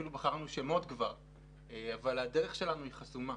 אפילו בחרנו שמות כבר אבל הדרך שלנו חסומה,